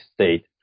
State